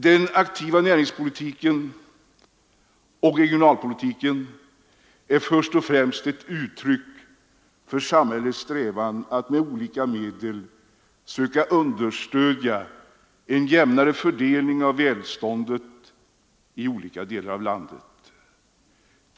Den aktiva näringspolitiken och regionalpolitiken är först och främst ett uttryck för samhällets strävan att med olika medel söka understödja en jämnare fördelning av välståndet i olika delar av landet.